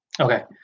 Okay